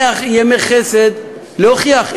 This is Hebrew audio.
תנו 100 ימי חסד להוכיח,